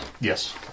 Yes